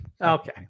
Okay